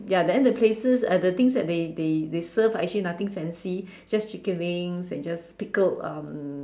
ya then the places uh the things that they they they serve are actually nothing fancy just chicken wings and just pickled um